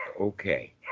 okay